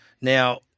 Now